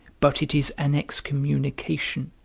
but it is an excommunication,